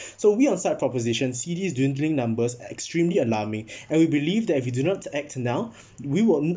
so we on side proposition see this dwindling numbers extremely alarming and we believe that if we do not act now we will